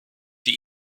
die